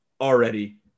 already